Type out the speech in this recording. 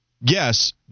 yes